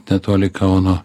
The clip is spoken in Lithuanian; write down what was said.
netoli kauno